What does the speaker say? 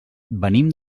venim